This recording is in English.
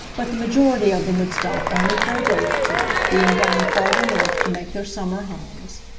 but the majority of them would stop only for a day or two, being bound farther north to make their summer homes.